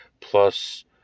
plus